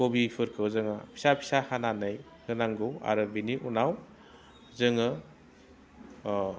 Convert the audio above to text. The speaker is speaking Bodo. कबिफोरखौ जोङो फिसा फिसा हानानै होनांगौ आरो बिनि उनाव जोङो